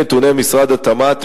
משרד התמ"ת,